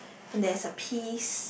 and there's a peas